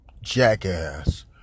jackass